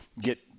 get